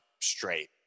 straight